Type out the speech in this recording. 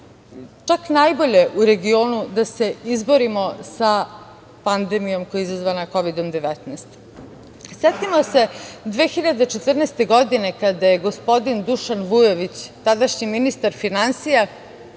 čak najbolje u regionu da se izborimo sa pandemijom koja je izazvana Kovidom 19.Setimo se 2014. godine, kada je gospodin Dušan Vujović, tadašnji ministar finansija,